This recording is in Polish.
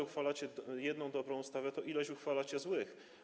Uchwalacie jedną dobrą ustawę, ale ileś uchwalacie złych.